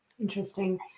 Interesting